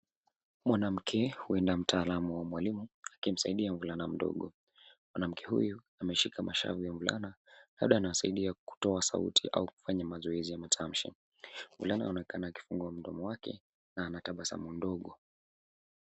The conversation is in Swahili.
Mwanamke, huenda mtaalamu wa mwalimu, akimsaidia mvulana mdogo. Mwanamke huyu ameshika mashavu ya mvulana, labda anawasaidia kutoa sauti au kufanya mazoezi ya matamshi. Mvulana anaonekana akifungua mdomo wake na anatabasamu ndogo.